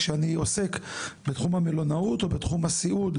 כשאני עוסק בתחום המלונאות ובתחום הסיעוד,